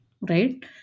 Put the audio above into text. right